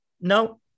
No